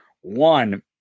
One